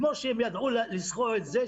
כמו שהם ידעו לשכור את המבנה הנוכחי שלהם,